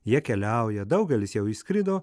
jie keliauja daugelis jau išskrido